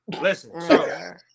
Listen